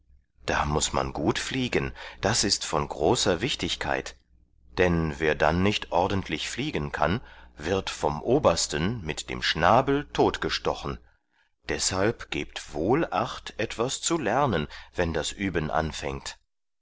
da muß man gut fliegen das ist von großer wichtigkeit denn wer dann nicht ordentlich fliegen kann wird vom obersten mit dem schnabel totgestochen deshalb gebt wohl acht etwas zu lernen wenn das üben anfängt